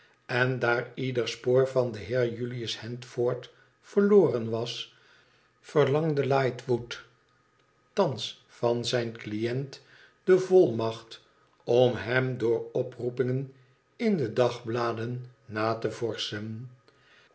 en daar ieder spoor van den heer julius handford verloren was verlangde lightwood thans van zijn cliënt de volmacht om hem door oproepingen in de dagbladen na te vorschen